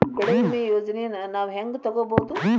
ಬೆಳಿ ವಿಮೆ ಯೋಜನೆನ ನಾವ್ ಹೆಂಗ್ ತೊಗೊಬೋದ್?